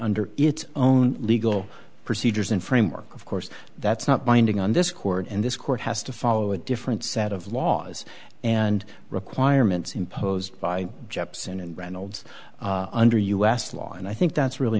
under its own legal procedures and framework of course that's not binding on this court and this court has to follow a different set of laws and requirements imposed by jepson and reynolds under u s law and i think that's really